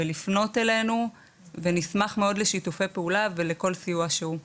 לפנות אלינו ונשמח מאוד לשיתופי פעולה ולכל סיוע שהוא.